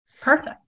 Perfect